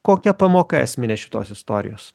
kokia pamoka esminė šitos istorijos